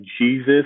Jesus